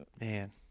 man